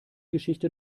geschichte